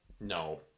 No